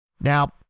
Now